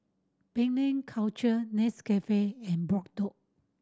Penang Culture Nescafe and Bardot